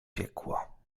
piekło